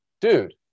dude